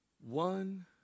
one